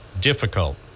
difficult